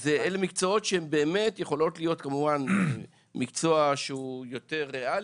אלה מקצועות שבהם באמת יכולים להיות כמובן מקצוע שהוא יותר ריאלי,